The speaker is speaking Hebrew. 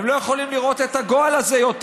הם לא יכולים לראות את הגועל הזה יותר,